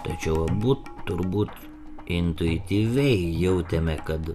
tačiau abu turbūt intuityviai jautėme kad